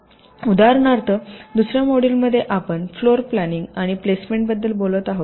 उदाहरणार्थ दुसर्या मॉड्यूलमध्ये आपण फ्लोर प्लॅनिंग आणि प्लेसमेंटबद्दल बोलत आहोत